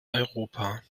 europa